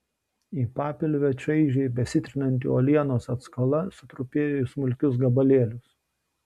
į papilvę čaižiai besitrinanti uolienos atskala sutrupėjo į smulkius gabalėlius